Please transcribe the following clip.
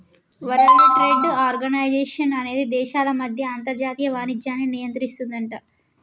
world trade organization అనేది దేశాల మధ్య అంతర్జాతీయ వాణిజ్యాన్ని నియంత్రిస్తుందట